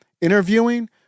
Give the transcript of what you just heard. interviewing